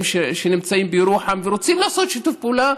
שנמצאים בירוחם ורוצים לעשות שיתוף פעולה,